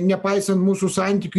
nepaisant mūsų santykių